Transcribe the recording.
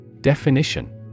Definition